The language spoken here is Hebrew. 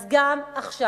אז גם עכשיו